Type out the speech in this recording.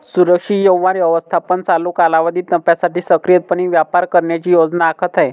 सुरक्षित व्यवहार व्यवस्थापन चालू कालावधीत नफ्यासाठी सक्रियपणे व्यापार करण्याची योजना आखत आहे